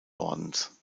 ordens